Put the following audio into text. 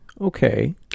okay